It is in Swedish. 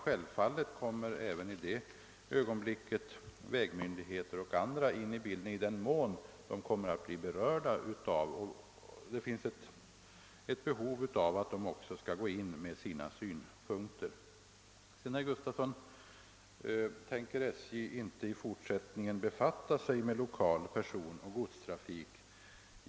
Självfallet kommer även i det ögonblicket vägmyndigheter och andra in i bilden i den mån de kommer att bli berörda och i den mån det finns ett behov av att de skall meddela sina synpunkter på frågan. Sedan undrar herr Gustavsson i Alvesta om SJ i fortsättningen inte tänker befatta sig med lokal personoch godstrafik.